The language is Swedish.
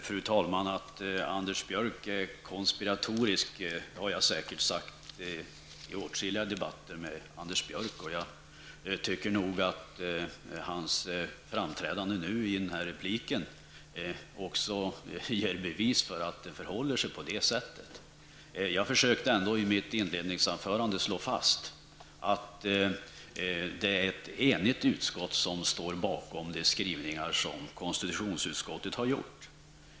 Fru talman! Att Anders Björck är konspiratorisk har jag säkert sagt i åtskilliga debatter med Anders Björck. Jag tycker nog att hans framträdande i den här repliken också ger bevis för att det förehåller sig på det sättet. Jag försökte ändå i mitt inledningsanförande slå fast att det är ett enigt utskott som står bakom de skrivningar som konstitutionsutskottet har gjort.